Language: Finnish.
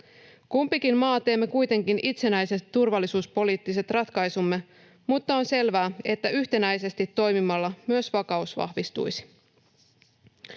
Kumpikin maa teemme kuitenkin itsenäisesti turvallisuuspoliittiset ratkaisumme, mutta on selvää, että yhtenäisesti toimimalla myös vakaus vahvistuisi.